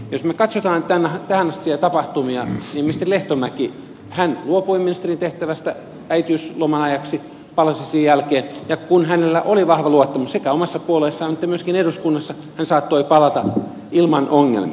jos me katsomme tähänastisia tapahtumia niin ministeri lehtomäki luopui ministerin tehtävästä äitiysloman ajaksi palasi sen jälkeen ja kun hänellä oli vahva luottamus sekä omassa puolueessaan että myöskin eduskunnassa hän saattoi palata ilman ongelmia